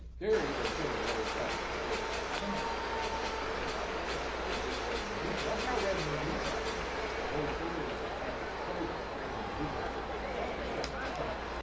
theory, they should have lower taxes for five cents and i looked at it to get revenue neutral is how revenue neutral came about the whole theory of having quote, what readily neutrally and some people had back